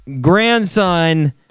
grandson